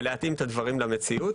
ולהתאים את הדברים למציאות.